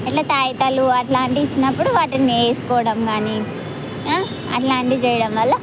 ఇట్లా తాయిత్తులు అలాంటివి అవి ఇచ్చినప్పుడు వాటిని వేసుకోడం కానీ అలాంటివి చేయడం వల్ల